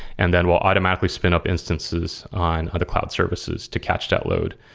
and then we'll automatically spin up instances on the cloud services to catch that load.